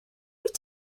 wyt